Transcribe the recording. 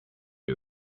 you